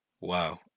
Wow